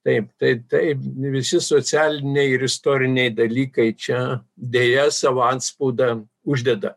taip taip taip visi socialiniai ir istoriniai dalykai čia deja savo antspaudą uždeda